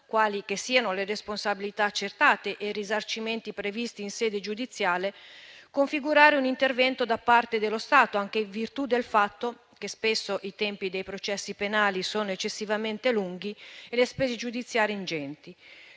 quali che siano le responsabilità accertate e i risarcimenti previsti in sede giudiziale, configurare un intervento da parte dello Stato, anche in virtù del fatto che spesso i tempi dei processi penali sono irragionevolmente lunghi e le spese giudiziarie ingenti,